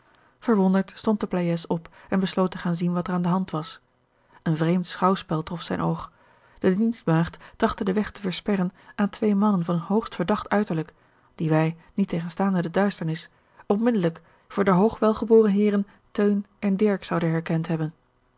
op en besloot te gaan zien wat er aan de hand was een vreemd schouwspel trof zijn oog de dienstmaagd trachtte den weg te versperren aan twee mannen van een hoogst verdacht uiterlijk die wij niettegenstaande de duisternis onmiddellijk voor de hoog welgeboren heeren teun en dirk zouden herkend bebben